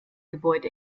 gebäude